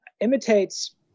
imitates